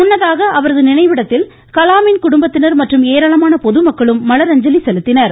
முன்னதாக அவரது நினைவிடத்தில் கலாமின் குடும்பத்தினர் மற்றும் ஏராளமான பொதுமக்களும் மலர்அஞ்சலி செலுத்தினர்